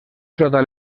sota